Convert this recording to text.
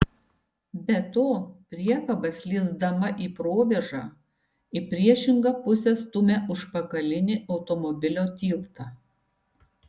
be to priekaba slysdama į provėžą į priešingą pusę stumia užpakalinį automobilio tiltą